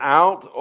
out